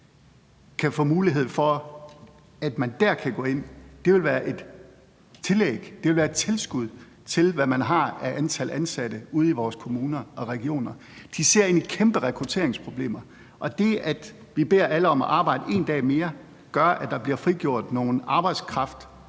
– få mulighed for at gå ind der. Det vil være et tillæg, et tilskud til, hvad man har af antal ansatte ude i vores kommuner og regioner. De ser ind i kæmpe rekrutteringsproblemer, og det, at vi beder alle om at arbejde en dag mere, gør, at der bliver frigjort noget arbejdskraft,